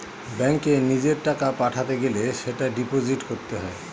ব্যাঙ্কে নিজের টাকা পাঠাতে গেলে সেটা ডিপোজিট করতে হয়